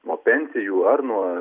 nuo pensijų ar nuo